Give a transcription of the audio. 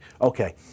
Okay